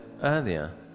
earlier